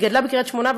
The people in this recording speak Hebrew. היא גדלה בקריית שמונה,